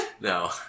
no